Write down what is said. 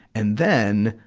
and then,